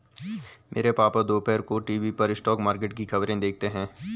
मेरे पापा दोपहर को टीवी पर स्टॉक मार्केट की खबरें देखते हैं